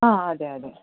ആ അതെയതെ